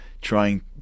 trying